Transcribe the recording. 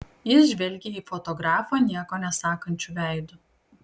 jis žvelgė į fotografą nieko nesakančiu veidu